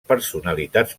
personalitats